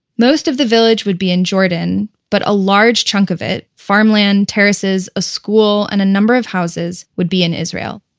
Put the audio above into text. most of the village would be in jordan. but a large chunk of it farmland, terraces, a school and a number of houses would be in israel.